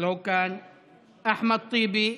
לא כאן, אחמד טיבי,